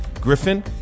Griffin